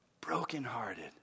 brokenhearted